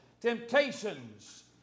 temptations